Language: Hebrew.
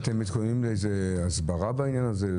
אתם מתכוננים להסברה בעניין הזה?